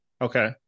Okay